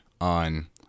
on